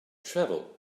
travel